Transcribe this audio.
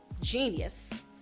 genius